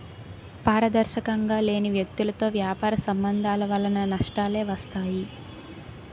పారదర్శకంగా లేని వ్యక్తులతో వ్యాపార సంబంధాల వలన నష్టాలే వస్తాయి